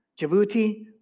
Djibouti